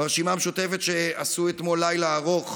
ברשימה המשותפת שעשו אתמול לילה ארוך